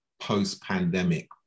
post-pandemic